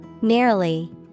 Nearly